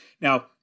Now